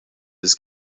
his